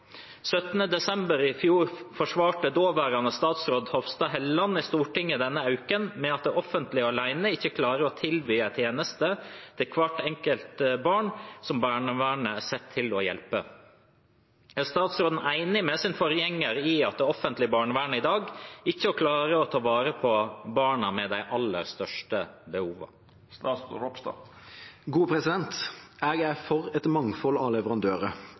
desember i fjor forsvarte dåverande statsråd Hofstad Helleland i Stortinget denne uka med at det offentlege aleine ikkje klarar å tilby ei teneste til kvart einskilt barn som barnevernet er sett til å hjelpe. Er statsråden einig med sin forgjengar i at det offentlege barnevernet i dag ikkje klarar å ta vare på barna med aller størst behov?» Jeg er for et mangfold av leverandører. Alle barn er